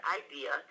idea